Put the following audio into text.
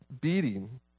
beating